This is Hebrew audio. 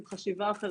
עם חשיבה אחרת,